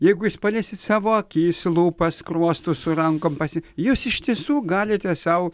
jeigu jūs padėsit savo akys lūpas skruostus su rankom pasi jūs iš tiesų galite sau